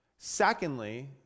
Secondly